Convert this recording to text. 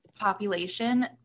Population